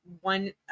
One